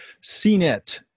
CNET